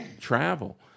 travel